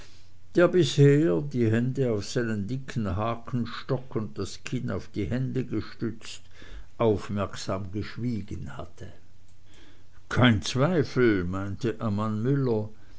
der bisher die hände auf seinen dicken hakenstock und das kinn auf die hände gestützt aufmerksam geschwiegen hatte kein zweifel meinte ammann müller